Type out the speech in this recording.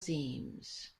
themes